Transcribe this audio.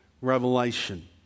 revelation